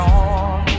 on